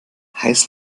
heiß